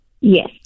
Yes